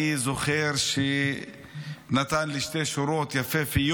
אני זוכר שהוא נתן לי שתי שורות יפהפיות